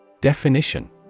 Definition